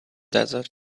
desert